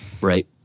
Right